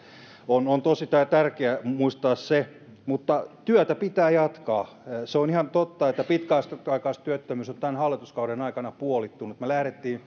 on on tosi tärkeää muistaa se mutta työtä pitää jatkaa on ihan totta että pitkäaikaistyöttömyys on tämän hallituskauden aikana puolittunut kun lähdimme liikkeelle